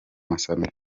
masamba